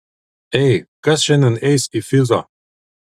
ei kas šiandien eis į fizo